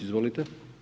Izvolite.